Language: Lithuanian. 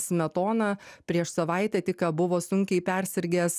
smetona prieš savaitę tik ką buvo sunkiai persirgęs